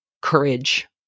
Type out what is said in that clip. courage